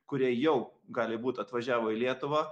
kurie jau gali būt atvažiavo į lietuvą